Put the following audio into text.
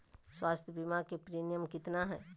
स्वास्थ बीमा के प्रिमियम कितना है?